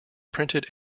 printed